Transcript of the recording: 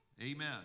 Amen